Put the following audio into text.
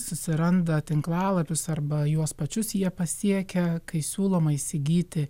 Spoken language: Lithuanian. susiranda tinklalapius arba juos pačius jie pasiekia kai siūloma įsigyti